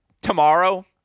tomorrow